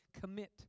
commit